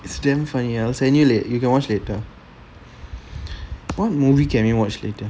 it's damn funny I will send you you can watch later what movie can we watch later